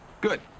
Good